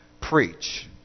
preach